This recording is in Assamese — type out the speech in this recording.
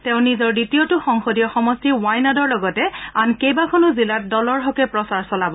তেওঁ নিজৰ দ্বিতীয়টো সংসদীয় সমষ্টি ৱায়নাদৰ লগতে আন কেবাখনো জিলাত দলৰ হকে প্ৰচাৰ চলাব